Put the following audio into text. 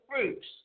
fruits